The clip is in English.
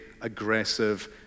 aggressive